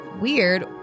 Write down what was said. weird